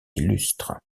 illustres